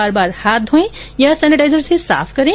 बार बार हाथ धोयें या सेनेटाइजर से साफ करें